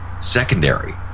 secondary